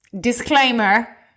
Disclaimer